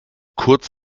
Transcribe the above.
kurz